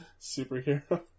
Superhero